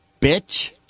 Bitch